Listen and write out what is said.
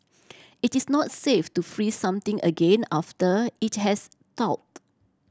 it is not safe to freeze something again after it has thawed